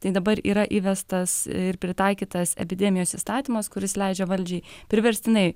tai dabar yra įvestas ir pritaikytas epidemijos įstatymas kuris leidžia valdžiai priverstinai